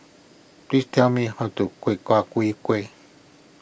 please tell me how to Kueh